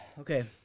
Okay